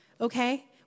okay